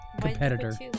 competitor